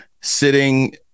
sitting